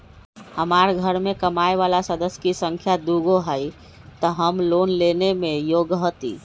हमार घर मैं कमाए वाला सदस्य की संख्या दुगो हाई त हम लोन लेने में योग्य हती?